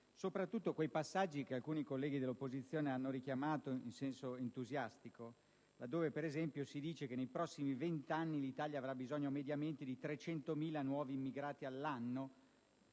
soprattutto quelli che alcuni colleghi dell'opposizione hanno richiamato in senso entusiastico, laddove - per esempio - si dice che nei prossimi vent'anni l'Italia avrà bisogno mediamente di 300.000 nuovi immigrati all'anno.